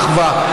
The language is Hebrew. אחוה.